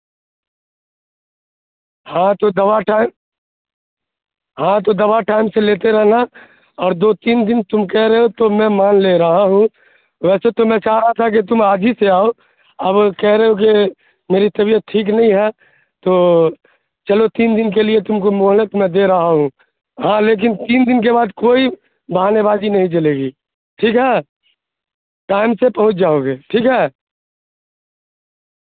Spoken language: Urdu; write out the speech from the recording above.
ہاں تو دوا ہاں تو دوا ٹائم سے لیتے رہنا اور دو تین دن تم کہہ رہے ہو تو میں مان لے رہا ہوں ویسے تو میں چاہ رہا تھا کہ تم آج ہی سے آؤ اب کہہ رہے ہو کہ میری طبعیت ٹھیک نہیں ہے تو چلو تین دن کے لیے تم کو مہلت میں دے رہا ہوں ہاں لیکن تین دن کے بعد کوئی بہانے بازی نہیں چلے گی ٹھیک ہے ٹائم سے پہنچ جاؤ گے ٹھیک ہے